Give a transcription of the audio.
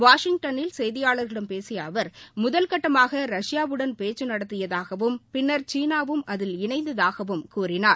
வாஷிங்டனில் செய்தியாளர்களிடம் பேசிய அவர் முதல்கட்டமாக ரஷ்பாவுடன் பேச்சு நடத்தியதாவும் பின்னர் சீனாவும் அதில் இணைந்ததாகவும் கூறினார்